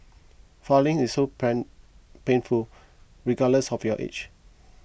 filing is so pain painful regardless of your age